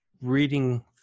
reading